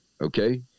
Okay